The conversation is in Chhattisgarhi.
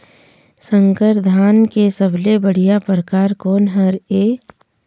संकर धान के सबले बढ़िया परकार कोन हर ये?